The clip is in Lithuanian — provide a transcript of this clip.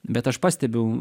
bet aš pastebiu